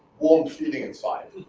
warm feeling inside